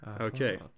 Okay